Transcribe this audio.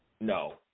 No